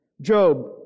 Job